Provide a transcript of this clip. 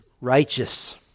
righteous